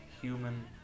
human